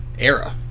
Era